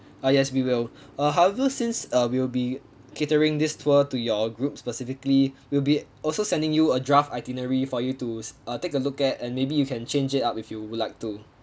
uh yes we will uh however since uh we'll be catering this tour to your group specifically we'll be also sending you a draft itinerary for you to uh take a look at and maybe you can change it up if you would like to